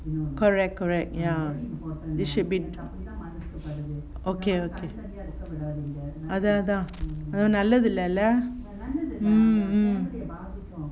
correct correct ya they should be okay okay அதா அதா நல்லதில்ல என்ன:athaa athaa nallathilla enna mm mm